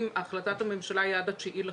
החלטת הממשלה היא עד ה-9 לחודש.